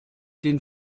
den